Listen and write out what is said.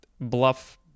bluff